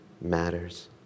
matters